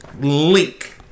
link